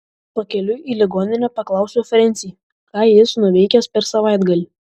pakeliui į ligoninę paklausiau frensį ką jis nuveikęs per savaitgalį